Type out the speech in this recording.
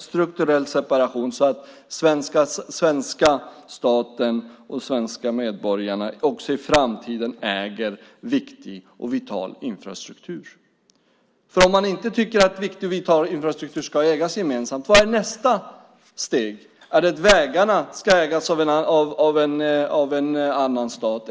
strukturell separation så att svenska staten och svenska medborgarna också i framtiden äger viktig och vital infrastruktur. Om man inte tycker att viktig och vital infrastruktur ska ägas gemensamt undrar jag: Vad är nästa steg? Är det att vägarna ska ägas av en annan stat?